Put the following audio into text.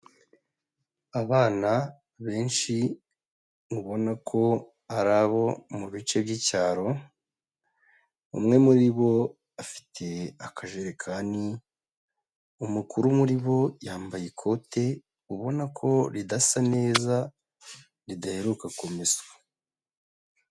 Abana benshi ubona ko ari abo mu bice by'icyaro, umwe muri bo afite akajerekani, umukuru muri bo yambaye ikote ubona ko ridasa neza, ridaheruka kumeswa.